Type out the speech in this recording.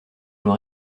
l’on